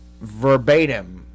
verbatim